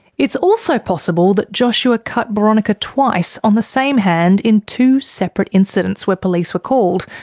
it's also possible that joshua cut boronika twice on the same hand in two separate incidents where police were called.